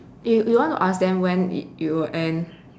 you you want to ask them when it it will end